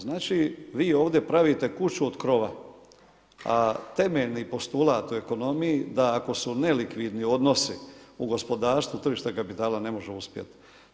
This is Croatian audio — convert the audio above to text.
Znači vi ovdje pravite kuću od krova a temeljni postulat u ekonomiji da ako su nelikvidni odnosi u gospodarstvu, tržište kapitala ne može uspjeti.